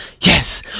Yes